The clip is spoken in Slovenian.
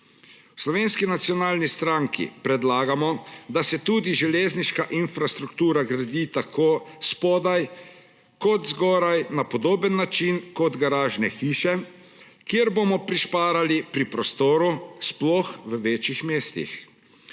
Slovenski nacionalni stranki predlagamo, da se tudi železniška infrastruktura gradi tako spodaj kot zgoraj na podoben način kot garažne hiše, kjer bomo prišparali pri prostoru, sploh v večjih mestih.